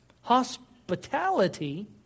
Hospitality